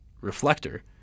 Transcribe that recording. Reflector